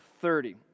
thirty